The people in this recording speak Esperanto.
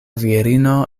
virino